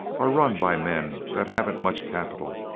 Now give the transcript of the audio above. are run by men that haven't much capital,